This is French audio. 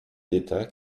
d’état